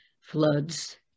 floods